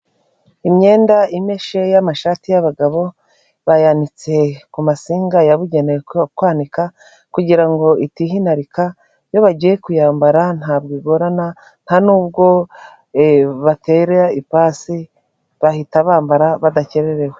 Imyenda imeshe y'amashati y'abagabo bayanitse ku masinga yabugenewe kwanika kugira ngo itihinarika iyo bagiye kuyambara ntabwo igorana nta nubwo bayitera ipasi bahita bambara badakererewe.